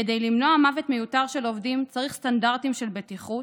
כדי למנוע מוות מיותר של עובדים צריך סטנדרטים של בטיחות,